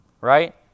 right